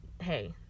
Hey